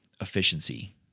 efficiency